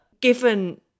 given